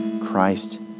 Christ